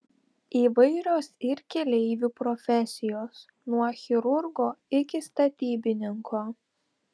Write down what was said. įvairios ir keleivių profesijos nuo chirurgo iki statybininko